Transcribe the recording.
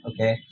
Okay